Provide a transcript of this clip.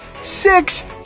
six